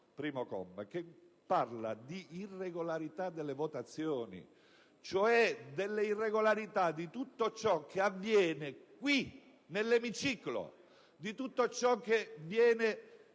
Regolamento, che parla di irregolarità delle votazioni, cioè delle irregolarità di tutto ciò che avviene nell'emiciclo, di tutto ciò che viene